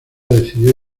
decidió